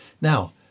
Now